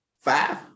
Five